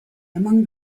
among